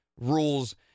rules